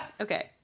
Okay